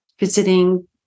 Visiting